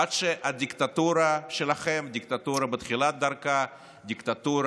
עד שהדיקטטורה שלכם, דיקטטורה